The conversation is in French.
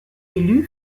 élus